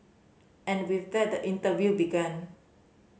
and with that the interview began